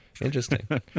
Interesting